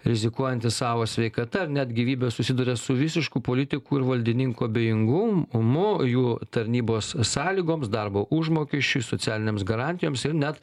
rizikuojantys savo sveikata ar net gyvybe susiduria su visišku politikų ir valdininkų abejingum mu jų tarnybos sąlygoms darbo užmokesčiui socialinėms garantijoms ir net